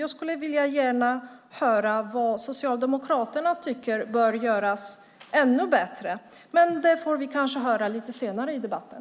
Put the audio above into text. Jag skulle gärna vilja höra vad Socialdemokraterna tycker bör göras ännu bättre, men det får vi kanske höra senare i debatten.